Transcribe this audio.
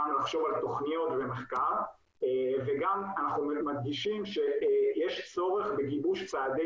לחשוב על תוכניות ומחקר וגם אנחנו מדגישים שיש צורך בגיבוש צעדי